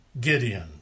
Gideon